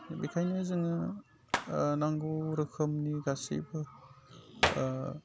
बिखायनो जोङो नांगौ रोखोमनि गासैबो